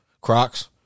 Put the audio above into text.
Crocs